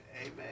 Amen